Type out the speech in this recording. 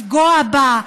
לפגוע בה,